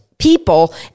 people